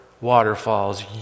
waterfalls